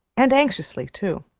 and anxiously, too.